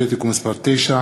16) (תיקון מס' 9),